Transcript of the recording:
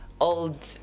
old